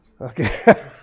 Okay